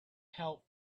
help